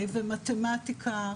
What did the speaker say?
מתמטיקה.